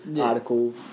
article